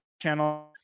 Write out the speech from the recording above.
channel